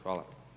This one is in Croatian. Hvala.